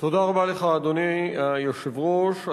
אדוני היושב-ראש,